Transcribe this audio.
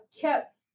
kept